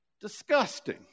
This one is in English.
disgusting